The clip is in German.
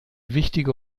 wichtige